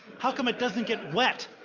how come it doesn't get wet?